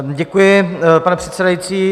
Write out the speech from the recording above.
Děkuji, pane předsedající.